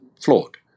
flawed